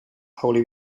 holy